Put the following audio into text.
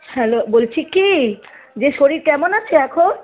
hello বলছি কি যে শরীর কেমন আছে এখন